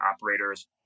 operators